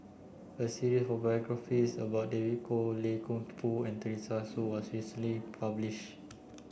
a series of biographies about David Kwo Loy Keng Foo and Teresa Hsu was recently publish